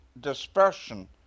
dispersion